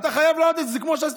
אתה חייב להעלות את זה כמו שעשית,